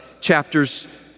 chapters